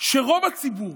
שרוב הציבור,